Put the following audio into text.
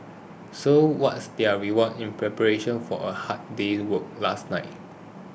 so what's their reward in preparation for a hard day's work last night